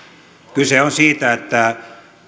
kyse on siitä että